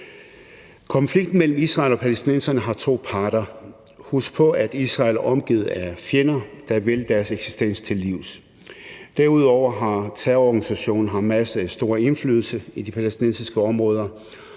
Konflikten mellem Israel og palæstinenserne har to parter. Husk på, at Israel er omgivet af fjender, der vil israelerne til livs, og derudover har terrororganisationen Hamas stor indflydelse i de palæstinensiske områder,